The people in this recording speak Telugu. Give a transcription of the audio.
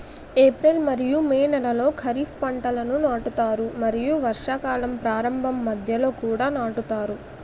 ఏప్రిల్ మరియు మే నెలలో ఖరీఫ్ పంటలను నాటుతారు మరియు వర్షాకాలం ప్రారంభంలో మధ్యలో కూడా నాటుతారు